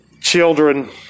children